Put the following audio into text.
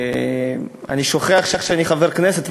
אני שוכח שאני חבר כנסת,